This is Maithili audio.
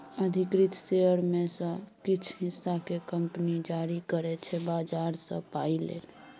अधिकृत शेयर मे सँ किछ हिस्सा केँ कंपनी जारी करै छै बजार सँ पाइ लेल